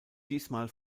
diesmal